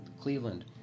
Cleveland